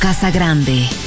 Casagrande